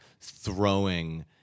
throwing